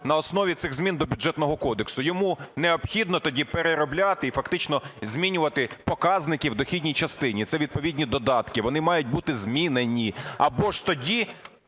на основі цих змін до Бюджетного кодексу. Йому необхідно тоді переробляти і фактично змінювати показники в дохідній частині, це відповідні додатки. Вони мають бути змінені. Або ж тоді